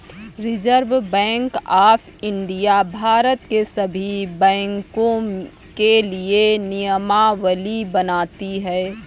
reserve Bank of India भारत के सभी बैंकों के लिए नियमावली बनाती है